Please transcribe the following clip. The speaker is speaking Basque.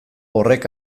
horrek